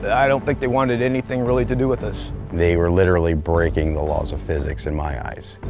i don't think they wanted anything really to do with us. they were literally breaking the laws of physics in my eyes.